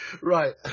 Right